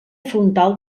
frontal